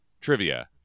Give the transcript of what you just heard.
trivia